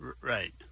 Right